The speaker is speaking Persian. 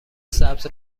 سبز